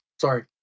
Sorry